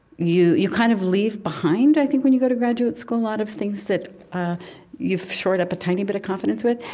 you you kind of leave behind, i think, when you go to graduate school, a lot of things that you've shored up a tiny bit of confidence with.